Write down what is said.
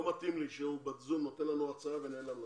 לא מתאים לי שהוא ב-זום נותן לנו הרצאה ונעלם לנו.